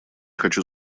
хочу